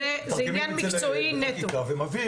מתרגמים את זה ומביאים,